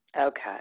Okay